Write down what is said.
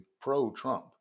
pro-Trump